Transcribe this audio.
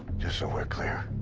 just so we're clear.